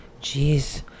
Jeez